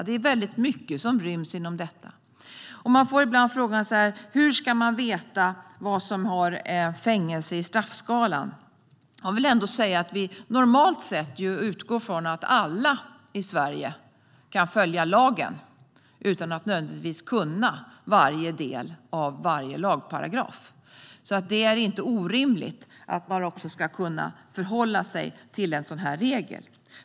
Det är väldigt mycket som ryms inom detta. Jag får ibland frågan hur man ska veta vad som har fängelse i straffskalan. Jag vill ändå säga att vi ju normalt sett utgår från att alla i Sverige kan följa lagen utan att nödvändigtvis kunna varje del av varje lagparagraf. Det är därför inte orimligt att människor ska kunna förhålla sig till en sådan här regel.